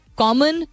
common